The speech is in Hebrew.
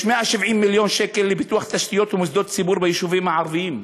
יש 170 מיליון שקל לפיתוח תשתיות ומוסדות ציבור ביישובים הערביים.